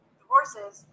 divorces